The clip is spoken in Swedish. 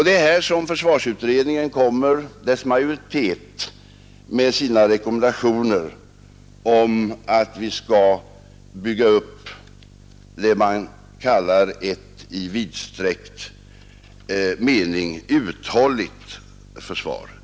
Det är här som försvarsutredningens majoritet kommer med sina rekommendationer om att vi skall bygga upp det man kallar ett i vidsträckt mening uthålligt försvar.